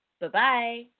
Bye-bye